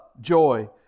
joy